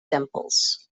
temples